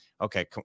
Okay